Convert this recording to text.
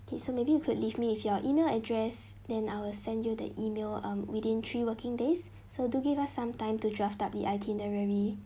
okay so maybe you could leave me with your email address then I will send you the email um within three working days so do give us some time to draft up the itinerary